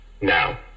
now